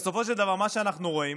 בסופו של דבר מה שאנחנו רואים